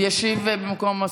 ישיב במקומי.